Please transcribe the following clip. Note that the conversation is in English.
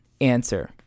answer